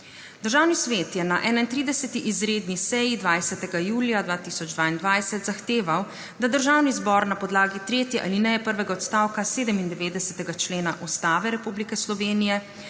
Državni svet je na 31. izredni seji 20. julija 2022 zahteval da Državni zbor na podlagi tretje alineje prvega odstavka 97. člena Ustave Republike Slovenije